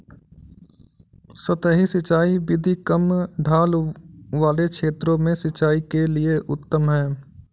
सतही सिंचाई विधि कम ढाल वाले क्षेत्रों में सिंचाई के लिए उत्तम है